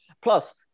plus